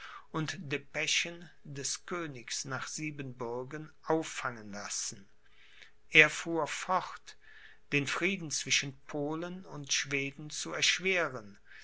und depeschen des königs nach siebenbürgen auffangen lassen er fuhr fort den frieden zwischen polen und schweden zu erschweren